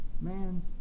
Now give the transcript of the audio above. man